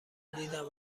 دیدم